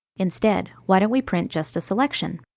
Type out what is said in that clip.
instead, why don't we print just a selection?